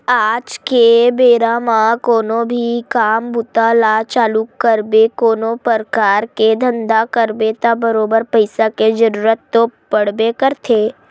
आज के बेरा म कोनो भी काम बूता ल चालू करबे कोनो परकार के धंधा करबे त बरोबर पइसा के जरुरत तो पड़बे करथे